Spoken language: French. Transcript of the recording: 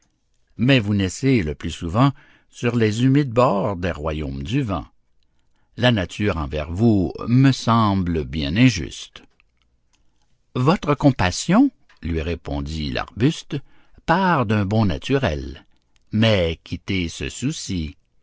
mais vous naissez le plus souvent sur les humides bords des royaumes du vent la nature envers vous me semble bien injuste votre compassion lui répondit l'arbuste part d'un bon naturel mais quittez ce souci